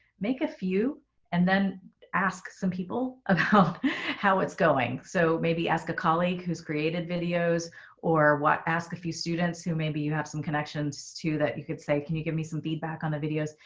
make a few and then ask some people about how how it's going. so maybe ask a colleague who's created videos or what? ask a few students who maybe you have some connections to that you could say. can you give me some feedback on the videos?